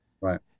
right